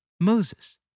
Moses